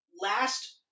last